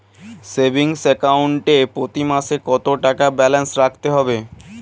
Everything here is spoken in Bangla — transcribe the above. সেভিংস অ্যাকাউন্ট এ প্রতি মাসে কতো টাকা ব্যালান্স রাখতে হবে?